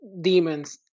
demons